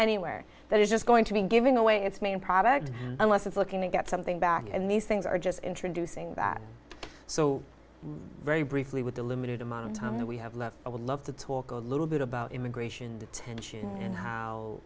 anywhere that is just going to be giving away its main product unless it's looking to get something back and these things are just introducing that so very briefly with the limited amount of time that we have left i would love to talk a little bit about immigration detention and how